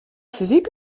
physik